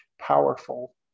powerful